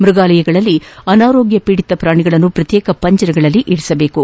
ಮೃಗಾಲಯಗಳಲ್ಲಿ ಅನಾರೋಗ್ಯ ಪೀಡಿತ ಪ್ರಾಣಿಗಳನ್ನು ಪ್ರತ್ಯೇಕ ಪಂಜರಗಳಲ್ಲಿ ಇಡಬೇಕು